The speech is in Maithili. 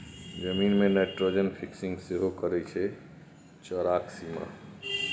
जमीन मे नाइट्रोजन फिक्सिंग सेहो करय छै चौरका सीम